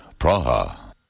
Praha